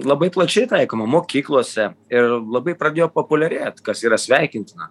labai plačiai taikoma mokyklose ir labai pradėjo populiarėt kas yra sveikintina